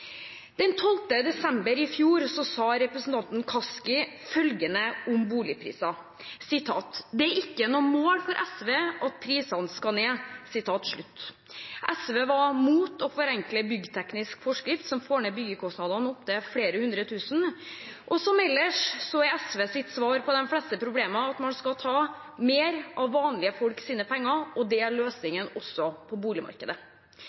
12. desember i fjor sa representanten Kaski følgende om boligpriser: «det er ikke et mål for SV at prisene skal gå ned.» SV var mot å forenkle byggteknisk forskrift, som får ned byggekostnadene med opp til flere hundre tusen kroner. Som ellers er SVs svar på de fleste problemer at man skal ta mer av vanlige folks penger, og det er løsningen også på boligmarkedet.